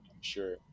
sure